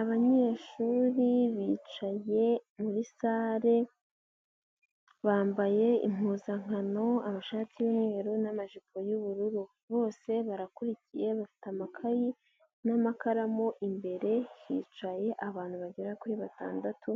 Abanyeshuri bicaye muri salle, bambaye impuzankano; amashati y'umweru n'amajipo y'ubururu, bose barakurikiye bafite amakayi n'amakaramu, imbere hicaye abantu bagera kuri batandatu,